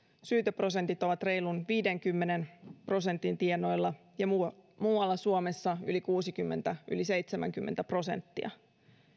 syyteprosentit ovat reilun viidenkymmenen prosentin tienoilla ja muualla muualla suomessa yli kuusikymmentä yli seitsemänkymmentä prosenttia